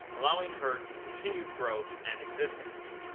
allowing her continued growth and existence.